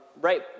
right